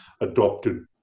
adopted